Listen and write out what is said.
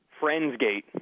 Friendsgate